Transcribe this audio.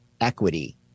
equity